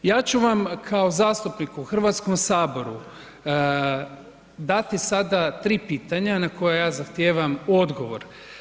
Ja ću vam kao zastupnik u Hrvatskom saboru dati sada tri pitanja na koja zahtijevam odgovor.